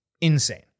Insane